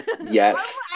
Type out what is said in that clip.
yes